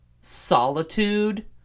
solitude